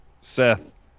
seth